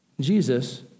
Jesus